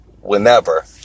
whenever